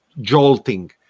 jolting